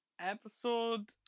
episode